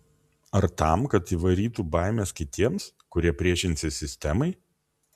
ar tam kad įvarytų baimės kitiems kurie priešinsis sistemai